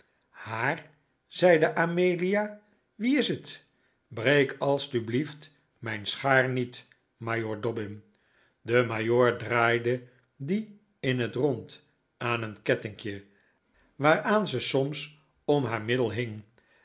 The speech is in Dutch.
haar zeide amelia wie is het breek alstublieft mijn schaar niet majoor dobbin de majoor draaide die in het rond aan een kettinkje waaraan ze soms om haar middel hing